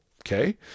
okay